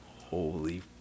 Holy